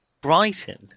Brighton